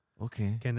Okay